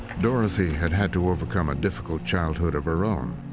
dorothy had had to overcome a difficult childhood of her own.